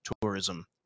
tourism